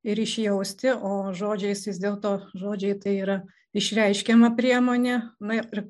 ir išjausti o žodžiais vis dėlto žodžiai tai yra išreiškiama priemonė na ir